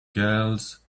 girls